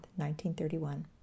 1931